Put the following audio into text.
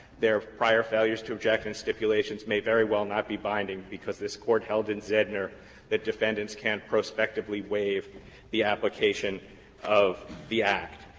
their prior failures to object and stipulations may very well not be binding because this court held in zedner that defendants can prospectively waive the application of the act.